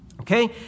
Okay